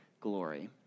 glory